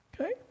Okay